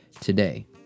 today